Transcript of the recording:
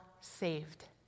saved